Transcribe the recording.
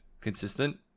consistent